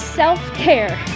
self-care